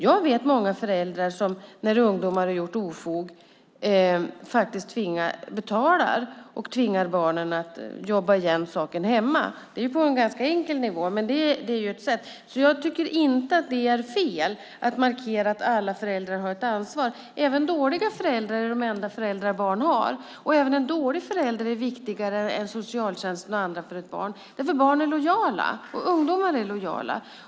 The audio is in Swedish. Jag vet många föräldrar som när ungdomarna har gjort ofog betalar och sedan tvingar barnen att jobba igen det hemma. Det är på en ganska enkel nivå, men det är ett sätt. Jag tycker inte att det är fel att markera att alla föräldrar har ett ansvar. Även dåliga föräldrar är de enda föräldrar barn har. Även en dålig förälder är viktigare än socialtjänsten och andra för ett barn. Barn är lojala, och ungdomar är lojala.